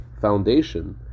foundation